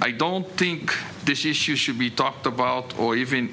i don't think this issue should be talked about or even